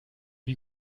wie